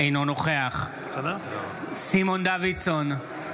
אינו נוכח סימון דוידסון,